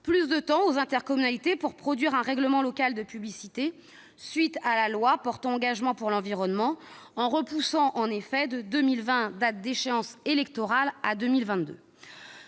plus de temps aux intercommunalités pour produire un règlement local de publicité, conformément à la loi portant engagement pour l'environnement, en repoussant l'échéance de 2020, année électorale, à 2022.